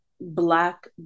black